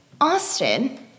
Austin